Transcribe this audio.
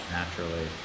naturally